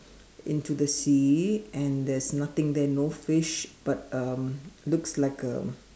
into the sea and there is nothing there no fish but um looks like a